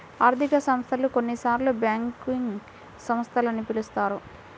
ఆర్థిక సంస్థలు, కొన్నిసార్లుబ్యాంకింగ్ సంస్థలు అని పిలుస్తారు